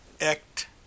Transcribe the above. act